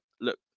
Look